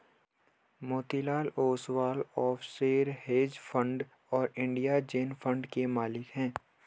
Motilal Oswal offshore hedge fund और India Zen fund के मालिक हैं